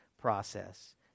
process